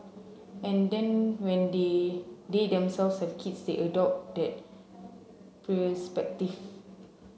and then when they the themselves have kids they adopt that perspective